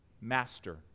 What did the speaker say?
Master